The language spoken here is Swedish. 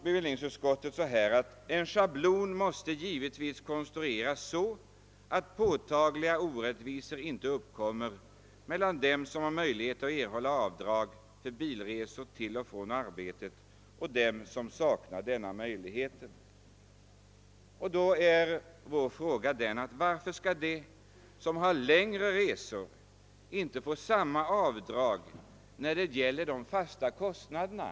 Bevillningsutskottet framhåller att en schablon givetvis måste konstrueras så att påtagliga orättvisor inte uppkommer mellan dem som har möjlighet att erhålla avdrag för bilresor till och från arbetet och dem som saknar denna möjlighet. Då är vår fråga: Varför skall de som har längre resor inte få samma avdrag när det gäller de fasta kostnaderna?